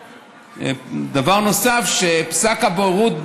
דבר נוסף, פסק הבוררות בערעור,